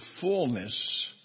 fullness